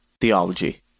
Theology